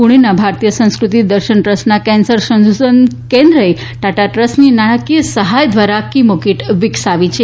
પુણેના ભારતીય સંસ્ક્રતિ દર્શન ટ્રસ્ટના કેન્સર સંશોધન કેન્દ્રએ ટાટા ટ્રસ્ટની નાણાકીય સહાય દ્વારા કીમો કીટ વિકસાવી છે